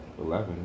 eleven